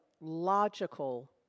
logical